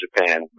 Japan